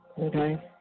okay